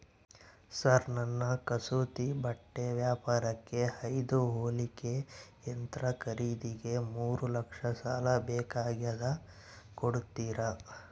Sir ನನ್ನ ಕಸೂತಿ ಬಟ್ಟೆ ವ್ಯಾಪಾರಕ್ಕೆ ಐದು ಹೊಲಿಗೆ ಯಂತ್ರ ಖರೇದಿಗೆ ಮೂರು ಲಕ್ಷ ಸಾಲ ಬೇಕಾಗ್ಯದ ಕೊಡುತ್ತೇರಾ?